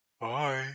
Bye